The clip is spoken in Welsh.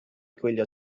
gwylio